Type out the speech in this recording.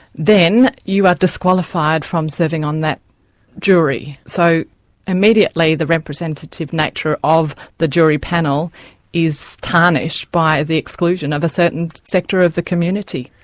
then you are disqualified from serving on that jury. so immediately the representative nature of the jury panel is tarnished by the exclusion of a certain sector of the community.